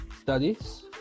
studies